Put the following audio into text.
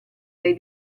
dai